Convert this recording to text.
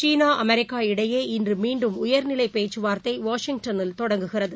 சீனா America இடையே இன்றுமீண்டும் உயர்நிலைபேச்சுவார்த்தைவாஷிங்டனில் தொடங்குகிறது